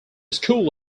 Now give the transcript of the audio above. school